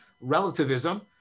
relativism